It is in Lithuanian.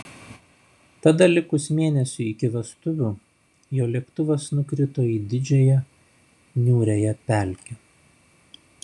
tada likus mėnesiui iki vestuvių jo lėktuvas nukrito į didžiąją niūriąją pelkę